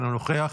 אינו נוכח,